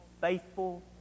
faithful